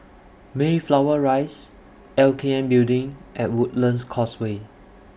Mayflower Rise LKN Building and Woodlands Causeway